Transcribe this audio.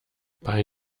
bei